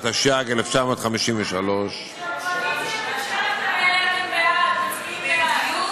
התשי"ג 1953. כשהקואליציה מביאה כאלה אתם מצביעים בעד.